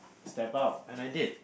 step up and I did